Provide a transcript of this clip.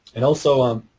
and, also, um,